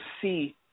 see